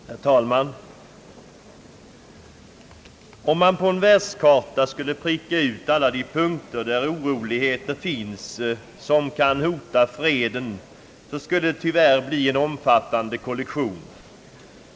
Herr talman! Om man på en världskarta skulle pricka ut alla de punkter, där oroligheter finns som kan hota freden, skulle det tyvärr bli en omfattande kollektion.